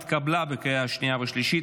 התקבלה בקריאה השנייה והשלישית,